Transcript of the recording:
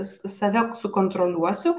s save sukontroliuosiu